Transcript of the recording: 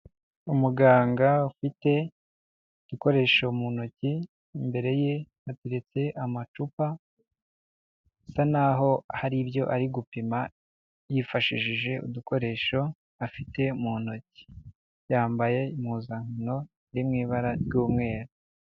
Umuganga ufite igikoresho mu ntoki, imbere ye hateretse amacupa asa naho hari ibyo ari gupima yifashishije udukoresho afite mu ntoki, yambaye impuzano iri mu ibara ry'umweru.